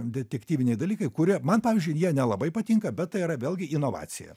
detektyviniai dalykai kurie man pavyzdžiui jie nelabai patinka bet tai yra vėlgi inovacija